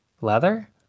Leather